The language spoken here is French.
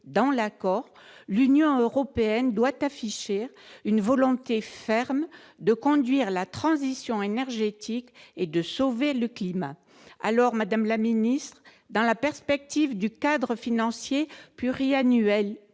dans l'accord, l'Union européenne doit afficher une volonté ferme de conduire la transition énergétique et de sauver le climat alors Madame la Ministre, dans la perspective du cadre financier pluriannuel